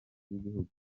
ry’igihugu